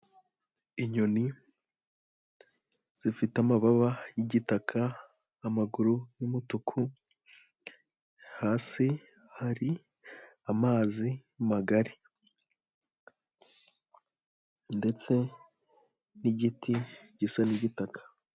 Inyoni zifite amababa y'igitaka, amaguru y'umutuku, hasi hari amazi magari ndetse n'igiti gisa n'igitaka.